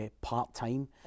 part-time